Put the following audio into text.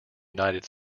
united